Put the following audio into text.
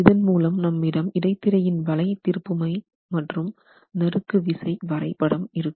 இதன் மூலம் நம்மிடம் இடைத்திரையின் வளை திருப்புமை மற்றும் நறுக்கு விசை வரைபடம் இருக்கும்